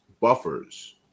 buffers